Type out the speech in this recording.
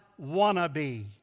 wannabe